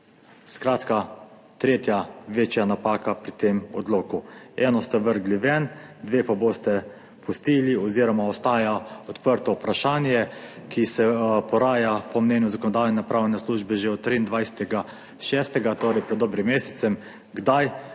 Skratka, tretja večja napaka pri tem odloku. Eno ste vrgli ven, dve pa boste pustili oziroma ostaja odprto vprašanje, ki se poraja po mnenju Zakonodajno-pravne službe že od 23. 6., torej pred dobrim mesecem, kdaj